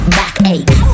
backache